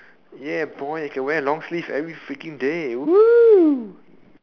ya boy you can wear long sleeve every freaking day